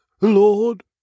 Lord